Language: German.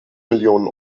millionen